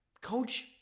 Coach